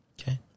Okay